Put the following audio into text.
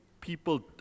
people